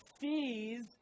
sees